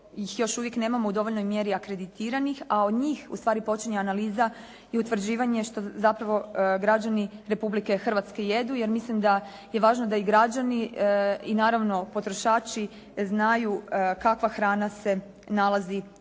ih još uvijek nemamo u dovoljnoj mjeri akreditiranih a od njih ustvari počinje analiza i utvrđivanje što zapravo građani Republike Hrvatske jedu jer mislim da je važno da i građani i naravno potrošači znaju kakva hrana se nalazi u